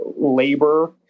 labor